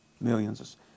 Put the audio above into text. millions